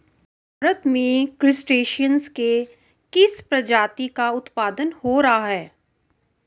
भारत में क्रस्टेशियंस के किस प्रजाति का उत्पादन हो रहा है?